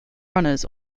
runners